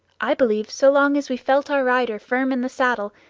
i believe so long as we felt our rider firm in the saddle,